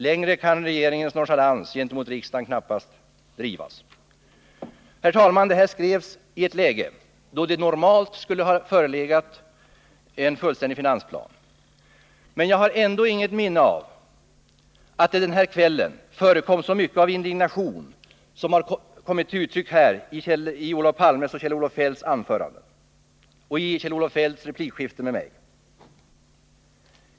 Längre kan regeringens nonchalans gentemot riksdagen knappast drivas. Herr talman! Det här skrevs i ett läge då det normalt skulle ha förelegat en fullständig finansplan, men jag har ändå inget minne av att det den kvällen förekom så mycket av indignation som har kommit till uttryck här i Olof Palmes och Kjell-Olof Feldts anföranden och i Kjell-Olof Feldts replikskifte med mig.